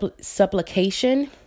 supplication